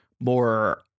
more